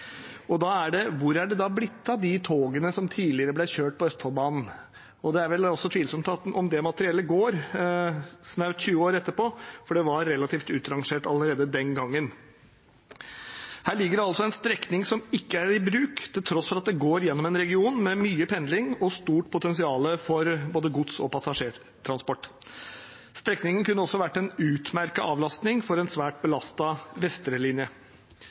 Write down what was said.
Hvor er det da blitt av de togene som tidligere ble kjørt på Østfoldbanen? Det er vel tvilsomt om det materiellet går snaut 20 år etterpå, for det var relativt utrangert allerede den gangen. Her ligger det altså en strekning som ikke er i bruk til tross for at den går gjennom en region med mye pendling og stort potensial for både gods- og passasjertransport. Strekningen kunne også vært en utmerket avlastning for en svært